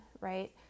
right